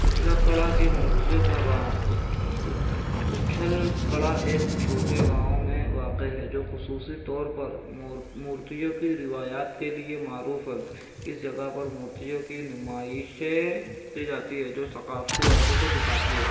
اچھلا کڑا کے مورتیوں کا گاؤں اچھ اچھ اچھل کڑا ایک چھوٹے گاؤں میں واقع ہے جو خصوصی طور پر مور مورتیوں کی روایت کے لیے معروف ہے اس جگہ پر مورتیوں کی نمائشیں کی جاتی ہے جو ثقافتی ورثے کو دکھاتی ہے